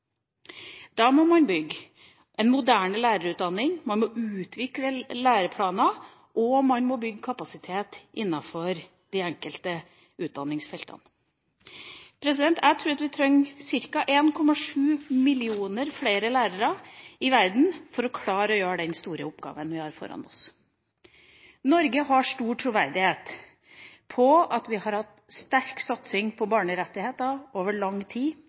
Da må man bygge en moderne lærerutdanning, man må utvikle læreplaner, og man må bygge kapasitet innenfor de enkelte utdanningsfeltene. Jeg tror at vi trenger ca. 1,7 millioner flere lærere i verden for å klare å gjøre den store oppgaven vi har foran oss. Norge har stor troverdighet ved at vi har hatt sterk satsing på barnerettigheter over lang tid.